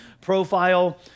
profile